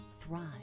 thrive